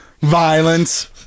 violence